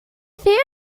theater